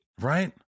Right